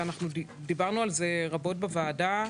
ודיברנו על זה רבות בוועדה,